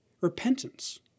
Repentance